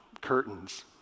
curtains